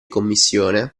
commissione